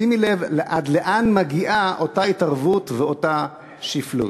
שימי לב עד לאן מגיעה אותה התערבות ואותה שפלות.